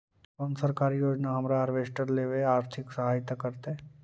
कोन सरकारी योजना हमरा हार्वेस्टर लेवे आर्थिक सहायता करतै?